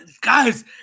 guys